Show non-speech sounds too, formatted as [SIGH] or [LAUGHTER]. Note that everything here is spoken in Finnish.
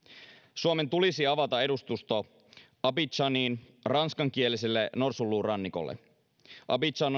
suomen tulisi avata edustusto abidjaniin ranskankieliselle norsunluurannikolle abidjan [UNINTELLIGIBLE]